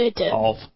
off